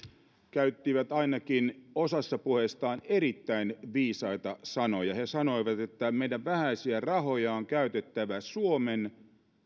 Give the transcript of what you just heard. käyttivät ainakin osassa puheistaan erittäin viisaita sanoja he sanoivat että meidän vähäisiä rahoja on käytettävä suomen